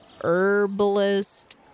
herbalist